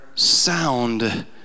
Sound